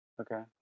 okay